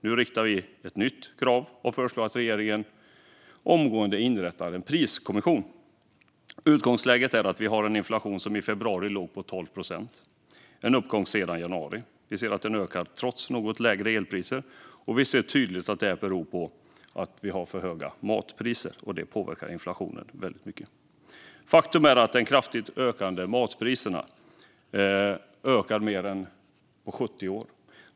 Nu riktar vi ett nytt krav och föreslår att regeringen omgående inrättar en priskommission. Utgångsläget är att vi har en inflation som i februari låg på 12 procent - en uppgång sedan januari. Vi ser att den ökar trots något lägre elpriser, och vi ser tydligt att det beror på att vi har för höga matpriser, och det påverkar inflationen väldigt mycket. Faktum är att de kraftigt ökade matpriserna ökar mer än på 70 år.